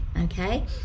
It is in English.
Okay